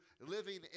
living